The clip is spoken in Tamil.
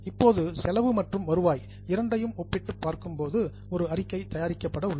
இப்போது செலவு மற்றும் வருவாய் இரண்டையும் ஒப்பிட்டுப் பார்க்க ஒரு அறிக்கை தயாரிக்கப்பட்டுள்ளது